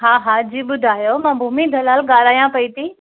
हा हा जी ॿुधायो मां भूमि दलाल ॻाल्हायां पेई थी